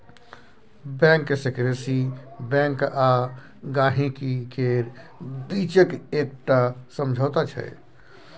bank secrecy bank आ गांहिकी केर बीचक एकटा समझौता छै